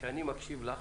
שאני מקשיב לך,